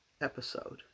episode